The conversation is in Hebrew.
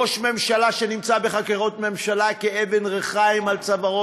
ראש ממשלה שנמצא בחקירות ממשלה כאבן ריחיים על צווארו